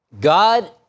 god